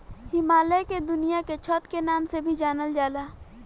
हिमालय के दुनिया के छत के नाम से भी जानल जाला